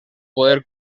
poder